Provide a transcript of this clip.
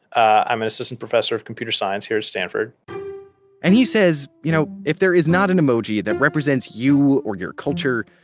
i'm an assistant professor of computer science here at stanford and he says, you know, if there is not an emoji that represents you or your culture,